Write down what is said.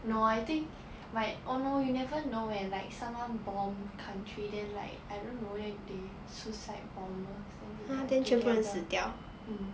no I think might oh no you never know when like someone bomb country then like I don't know then they suicide bomber then they die together mm